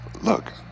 Look